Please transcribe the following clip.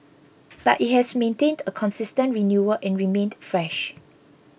but it has maintained a consistent renewal and remained fresh